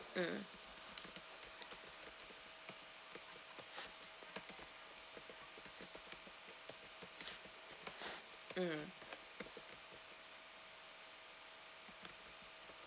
mm mm